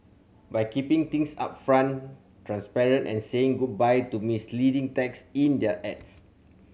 by keeping things upfront transparent and saying goodbye to misleading text in their ads